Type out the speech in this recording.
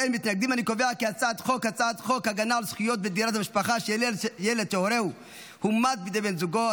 חוק הגנה על זכויות בדירת המשפחה של ילד שהורהו הומת בידי בן זוגו,